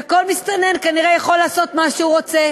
וכל מסתנן כנראה יכול לעשות מה שהוא רוצה,